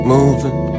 Moving